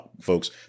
folks